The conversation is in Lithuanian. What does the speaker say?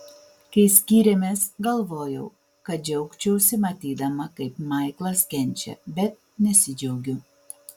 kai skyrėmės galvojau kad džiaugčiausi matydama kaip maiklas kenčia bet nesidžiaugiu